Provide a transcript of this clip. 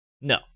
No